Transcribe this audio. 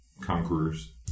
conquerors